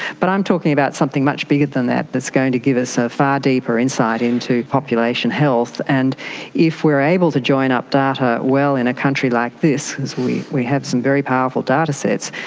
but i'm talking about something much bigger than that that's going to give us a so far deeper insight into population health. and if we're able to join up data well in a country like this, as we we have some very powerful datasets,